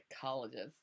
psychologist